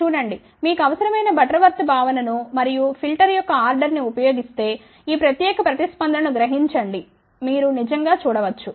చూడండి మీకు అవసరమైన బటర్వర్త్ భావ నను మరియు ఫిల్టర్ యొక్క ఆర్డర్ ని ఉపయోగిస్తే ఈ ప్రత్యేక ప్రతిస్పందన ను గ్రహించడం మీరు నిజంగా చూడ వచ్చు